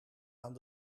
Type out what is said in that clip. aan